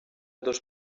dos